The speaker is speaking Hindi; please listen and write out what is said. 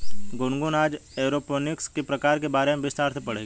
गुनगुन आज एरोपोनिक्स के प्रकारों के बारे में विस्तार से पढ़ेगी